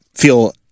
feel